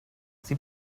sie